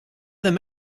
them